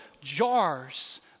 jars